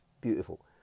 beautiful